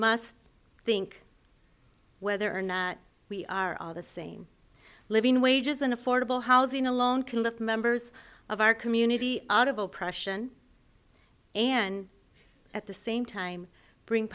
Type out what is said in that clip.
must think whether or not we are all the same living wages and affordable housing alone can lift members of our community out of oppression and at the same time bring